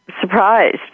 surprised